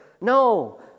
No